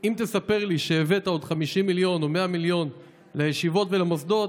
אם תספר לי שהבאת עוד 50 מיליון או 100 מיליון לישיבות ולמוסדות,